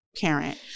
Parent